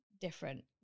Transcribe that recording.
different